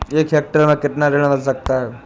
एक हेक्टेयर में कितना ऋण मिल सकता है?